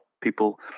people